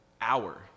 hour